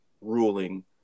ruling